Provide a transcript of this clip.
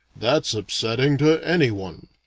that's upsetting to any one.